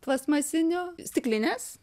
plastmasiniu stiklinės